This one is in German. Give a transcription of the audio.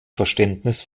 verständnis